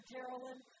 Carolyn